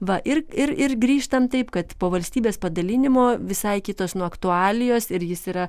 va ir ir ir grįžtant taip kad po valstybės padalinimo visai kitos nu aktualijos ir jis yra